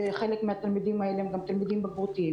וחלק מהתלמידים האלה הם גם תלמידים ---.